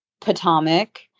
Potomac